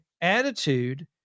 attitude